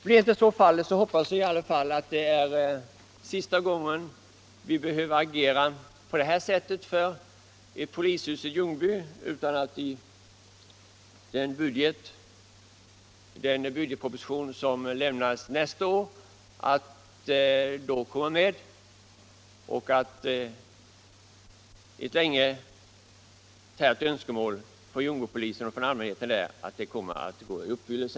Blir inte så fallet, hoppas vi ändå att det är sista gången vi behöver agera på det här sättet för ett polishus i Ljungby. Vi hoppas att detta projekt kommer att tas med i den budgetproposition som lämnas nästa år, så att ett av polisen och allmänheten i Ljungby länge närt önskemål kan gå i uppfyllelse.